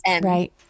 right